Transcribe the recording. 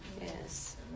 Yes